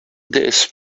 this